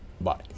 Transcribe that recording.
Bye